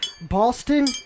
Boston